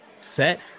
set